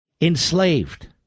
Enslaved